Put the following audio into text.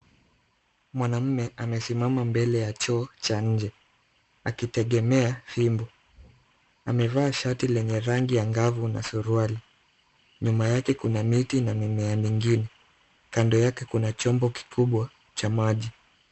Mwanamume amesimama mbele ya choo cha nje, akitegemea fimbo. Amevaa shati lenye rangi angavu na suruali. Nyuma yake kuna miti na mimea mingine. Kando yake kuna chombo kikubwa cha maji.